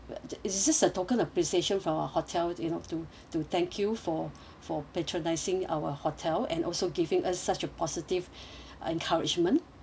but it's just a token appreciation from our hotel you know to to thank you for for patronizing our hotel and also giving us such a positive encouragement